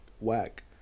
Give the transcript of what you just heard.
whack